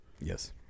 Yes